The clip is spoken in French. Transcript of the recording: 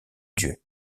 dieu